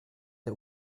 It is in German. der